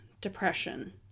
depression